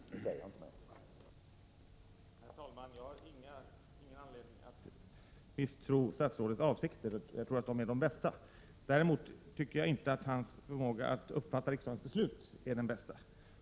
Herr talman! Jag har ingen anledning att misstro statsrådets avsikter — jag tror att de är de bästa. Däremot tycker jag inte att hans förmåga att uppfatta riksdagens beslut är den bästa.